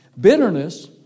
Bitterness